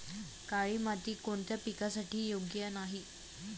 काळी माती कोणत्या पिकासाठी योग्य नाही?